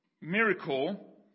miracle